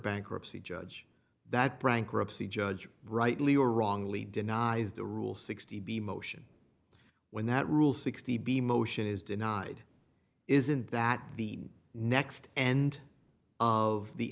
bankruptcy judge that prank rips the judge rightly or wrongly denies the rule sixty b motion when that rule sixty b motion is denied isn't that the next end of the